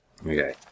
Okay